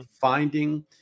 finding